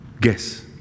guess